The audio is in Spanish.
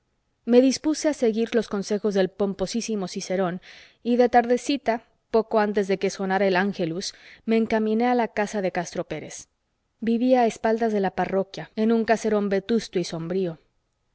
me dispuse a seguir los consejos del pomposísimo cicerón y de tardecita poco antes de que sonara el angelus me encaminé a la casa de castro pérez vivía a espaldas de la parroquia en un caserón vetusto y sombrío